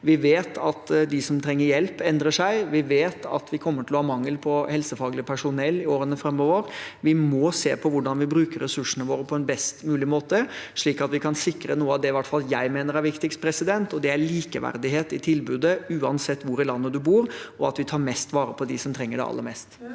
Vi vet at hvem som trenger hjelp, endrer seg. Vi vet at vi kommer til å ha mangel på helsefaglig personell i årene framover. Vi må se på hvordan vi bruker ressursene våre på en best mulig måte, slik at vi kan sikre noe av det i hvert fall jeg mener er viktigst, og det er likeverdighet i tilbudet uansett hvor i landet man bor, og at vi tar mest vare på dem som trenger det aller mest.